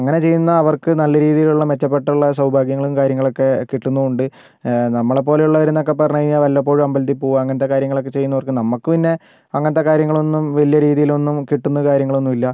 അങ്ങനെ ചെയ്യുന്ന അവർക്ക് നല്ല രീതിയിലുള്ള മെച്ചപ്പെട്ടുള്ള സൗഭാഗ്യങ്ങളും കാര്യങ്ങളും ഒക്കെ കിട്ടുന്നുമുണ്ട് നമ്മളെ പോലുള്ളവർ എന്നൊക്കെ പറഞ്ഞു കഴിഞ്ഞാ വല്ലപ്പോഴും അമ്പലത്തിൽ പോകും അങ്ങനത്തെ കാര്യങ്ങളൊക്കെ ചെയ്യുന്നവർക്ക് നമുക്ക് പിന്നെ അങ്ങനത്തെ കാര്യങ്ങൾ ഒന്നും വലിയ രീതിയിൽ ഒന്നും കിട്ടുന്ന കാര്യങ്ങളൊന്നും ഇല്ല